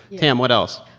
tam, what else?